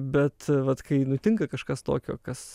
bet vat kai nutinka kažkas tokio kas